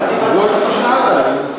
עוד 50 דקות?